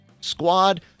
squad